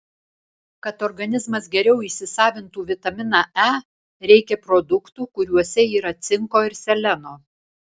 kad organizmas geriau įsisavintų vitaminą e reikia produktų kuriuose yra cinko ir seleno